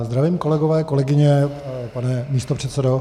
Zdravím, kolegové, kolegyně, pane místopředsedo.